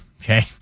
okay